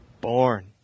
born